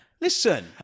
Listen